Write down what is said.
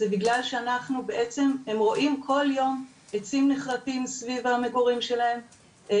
בגלל שהם רואים כל יום עצים נכרתים סביב המגורים שלהם,